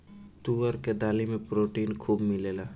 तुअर के दाली में प्रोटीन खूब मिलेला